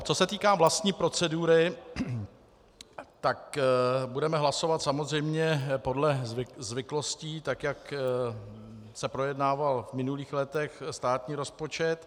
Co se týká vlastní procedury, budeme hlasovat samozřejmě podle zvyklostí, tak jak se projednával v minulých letech státní rozpočet.